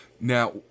Now